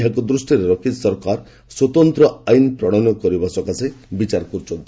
ଏହାକୁ ଦୂଷ୍ଟିରେ ରଖି ସରକାର ସ୍ୱତନ୍ତ୍ର ଆଇନ ପ୍ରଣୟନ କରିବାକୁ ବିଚାର କରୁଛନ୍ତି